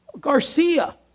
Garcia